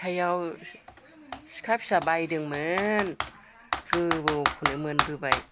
हाथाइयाव सिखा फिसा बायदोंमोन गोबौखौनो मोनबोबाय